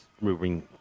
moving